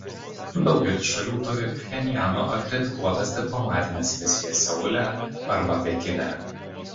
daugelis šalių turi pchenjano akredituotas diplomatines misijas seule arba pekine